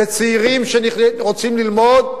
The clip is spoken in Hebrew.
זה צעירים שרוצים ללמוד,